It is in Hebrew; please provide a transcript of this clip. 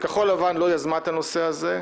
כחול לבן לא יזמה את הנושא הזה,